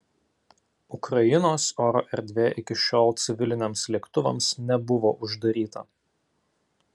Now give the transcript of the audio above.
ukrainos oro erdvė iki šiol civiliniams lėktuvams nebuvo uždaryta